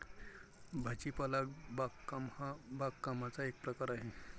भाजीपाला बागकाम हा बागकामाचा एक प्रकार आहे